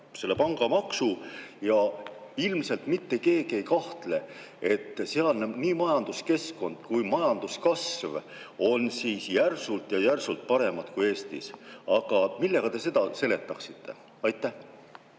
selle pangamaksu. Ja ilmselt mitte keegi ei kahtle, et sealne nii majanduskeskkond kui majanduskasv on järsult järsult paremad kui Eestis. Millega te seda seletaksite? Aitäh,